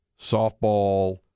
softball